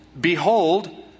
behold